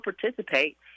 participate